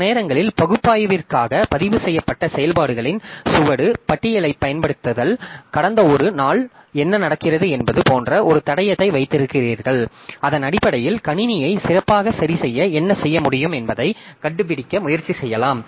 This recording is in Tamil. சில நேரங்களில் பகுப்பாய்விற்காக பதிவுசெய்யப்பட்ட செயல்பாடுகளின் சுவடு பட்டியலைப் பயன்படுத்துதல் கடந்த ஒரு நாள் என்ன நடக்கிறது என்பது போன்ற ஒரு தடயத்தை வைத்திருக்கிறீர்கள் அதன் அடிப்படையில் கணினியை சிறப்பாகச் சரிசெய்ய என்ன செய்ய முடியும் என்பதைக் கண்டுபிடிக்க முயற்சி செய்யலாம்